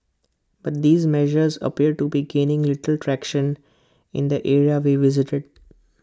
but these measures appear to be gaining little traction in the areas we visited